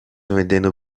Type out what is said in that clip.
vendendo